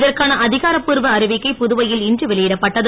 இதற்கான அதிகாரப் பூர்வ அறிவிக்கை புதுவையில் இன்று வெளியிடப்பட்டது